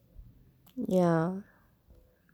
ya